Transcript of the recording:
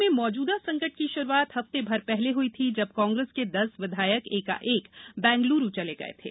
प्रदेश में मौजूदा संकट की शुरुआत हफ्ते भर पहले हुई थी जब कांग्रेस के दस विधायक एकाएक बैंगलुरु चले गये थे